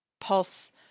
pulse